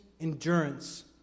endurance